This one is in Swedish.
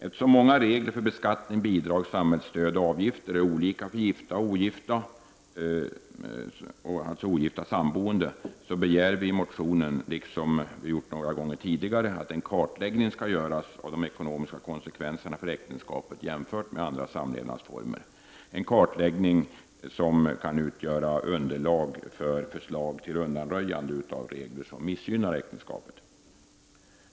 Eftersom många regler för beskattning, bidrag, samhällsstöd och avgifter är olika för gifta och ogifta samboende begär vi i motionen, liksom vi har gjort några gånger tidigare, att en kartläggning skall göras av de ekonomiska konsekvenserna för äktenskapet jämfört med andra samlevnadsformer. Det skall vara en kartläggning som kan utgöra underlag för förslag till undanröjande av regler som missgynnar äktenskapet.